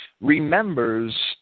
remembers